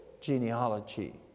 genealogy